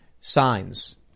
signs